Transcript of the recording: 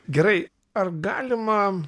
gerai ar galima